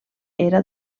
era